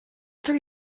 three